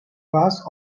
pass